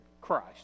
Christ